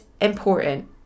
important